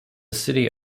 city